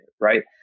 Right